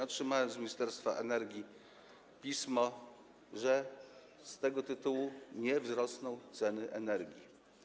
Otrzymałem z Ministerstwa Energii pismo, że z tego tytułu nie wzrosną ceny energii.